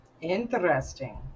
interesting